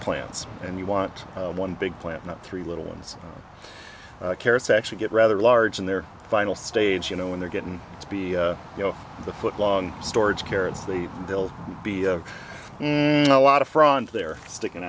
plants and you want one big plant not three little ones carrots actually get rather large in their final stage you know when they're getting to be you know the foot long storage carrots they will be a lot of front they're sticking